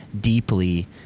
deeply